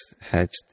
hatched